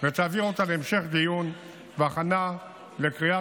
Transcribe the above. ותעביר אותה להמשך דיון והכנה לקריאה